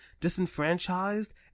disenfranchised